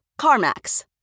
CarMax